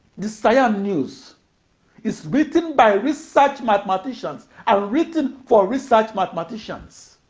the siam news is written by research mathematicians and written for research mathematicians.